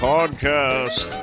Podcast